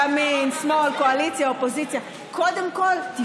אבל זה לא נכון.